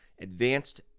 advanced